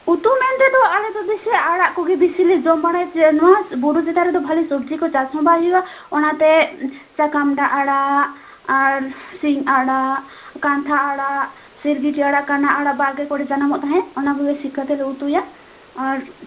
ᱩᱛᱩ ᱢᱮᱱᱛᱮᱫᱚ ᱟᱞᱮ ᱫᱚ ᱵᱮᱥᱤ ᱟᱲᱟᱜ ᱠᱚᱜᱮ ᱵᱤᱥᱤ ᱞᱮ ᱡᱚᱢ ᱵᱟᱲᱟᱭᱟ ᱪᱮᱫ ᱱᱚᱣᱟ ᱵᱩᱨᱩ ᱪᱮᱛᱟᱱ ᱨᱮᱫᱚ ᱵᱷᱟᱹᱞᱤ ᱥᱚᱵᱽᱡᱤ ᱠᱚ ᱪᱟᱥ ᱦᱚᱸ ᱵᱟᱭ ᱦᱩᱭᱩᱜᱼᱟ ᱚᱱᱟᱛᱮ ᱪᱟᱠᱟᱢᱰᱟ ᱟᱲᱟᱜ ᱟᱨ ᱥᱤᱧ ᱟᱲᱟᱜ ᱠᱟᱱᱛᱷᱟ ᱟᱲᱟᱜ ᱥᱤᱨᱜᱤᱴᱤ ᱟᱲᱟᱜ ᱠᱟᱱᱟ ᱟᱲᱟᱜ ᱵᱟᱲᱜᱮ ᱠᱚᱨᱮ ᱡᱟᱱᱟᱢᱚᱜ ᱛᱟᱦᱮᱸᱫ ᱚᱱᱟ ᱠᱚᱜᱮ ᱥᱤᱫ ᱠᱟᱛᱮᱫ ᱞᱮ ᱩᱛᱩᱭᱟ ᱟᱨ